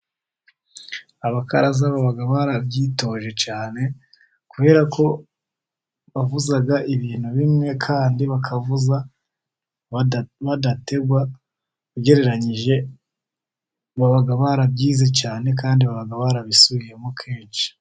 Abakaraza baba barabyitoje cyane, kubera ko wavuza ibintu bimwe, kandi bakavuza badategwa, ugereranyije baba barabyize cyane, kandi baba barabisubiyemo kenshi.